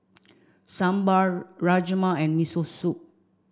Sambar Rajma and Miso Soup